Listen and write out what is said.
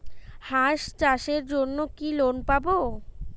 হাঁস চাষের জন্য কি লোন পাব?